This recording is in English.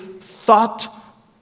thought